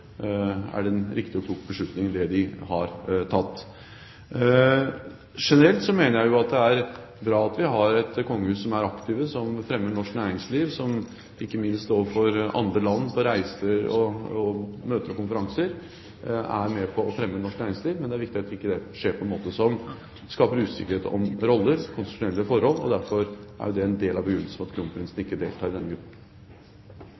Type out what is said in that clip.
er det en riktig og klok beslutning de har tatt. Generelt mener jeg at det er bra at vi har et kongehus som er aktivt, som fremmer norsk næringsliv, og som ikke minst overfor andre land på reiser og møter og konferanser er med på å fremme norsk næringsliv, men det er viktig at det ikke skjer på en måte som skaper usikkerhet om roller, konstitusjonelle forhold. Derfor er det en del av begrunnelsen for at